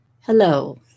Hello